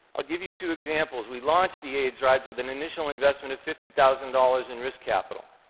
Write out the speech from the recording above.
i'll give you two examples. we launched the aidsrides with an initial investment of fifty thousand dollars in risk capital.